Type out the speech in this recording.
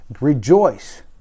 Rejoice